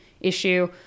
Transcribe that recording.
issue